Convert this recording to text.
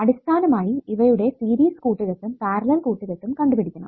അടിസ്ഥാനമായി ഇവയുടെ സീരിസ് കൂട്ടുകെട്ടും പാരലൽ കൂട്ടുകെട്ടുംകണ്ടുപിടിക്കണം